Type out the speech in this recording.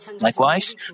Likewise